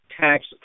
tax